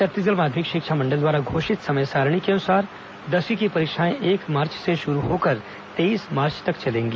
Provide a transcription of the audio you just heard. छत्तीसगढ़ माध्यमिक शिक्षा मंडल द्वारा घोषित समय सारिणी के अनुसार दसवीं की परीक्षाएं एक मार्च से शुरू होकर तेईस मार्च तक चलेंगी